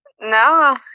No